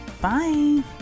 Bye